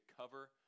cover